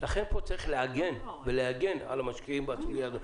לכן צריך פה לעגן ולהגן על המשקיעים בסוגיה הזו.